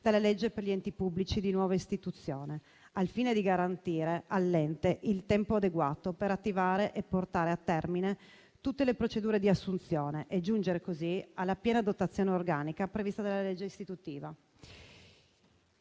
dalla legge per gli enti pubblici di nuova istituzione, al fine di garantire all'ente il tempo adeguato per attivare e portare a termine tutte le procedure di assunzione e giungere così alla piena dotazione organica prevista dalla legge istitutiva.